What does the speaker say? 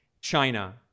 China